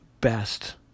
best